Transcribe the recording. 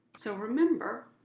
so remember,